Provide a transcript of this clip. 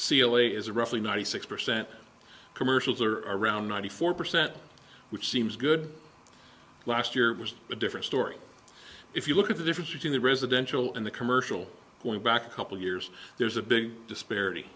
a is roughly ninety six percent commercials are around ninety four percent which seems good last year was a different story if you look at the difference between the residential and the commercial going back a couple of years there's a big disparity